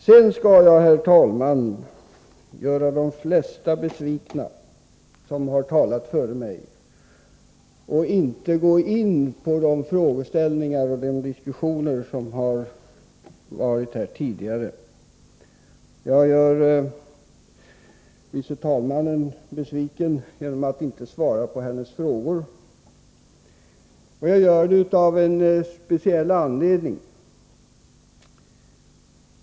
Sedan skall jag, herr talman, göra de flesta besvikna som har talat före mig och inte gå in på de frågeställningar som varit uppe och de diskussioner som förts här tidigare. Jag gör förste vice talmannen besviken genom att inte svara på hennes frågor — och jag gör det av en speciell anledning.